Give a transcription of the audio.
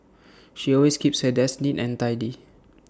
she always keeps her desk neat and tidy